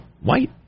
white